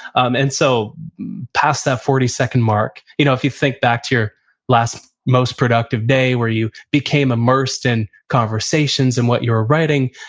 um and so passed that forty second mark. you know if you think back to your last most productive day where you became immersed in conversations conversations and what you were writing,